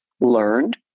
learned